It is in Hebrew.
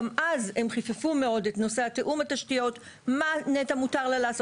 גם אש הם חיפפו מאוד את נושא תיאום התשתיות ומה לנת"ע מותר לעשות.